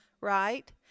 right